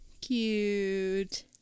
Cute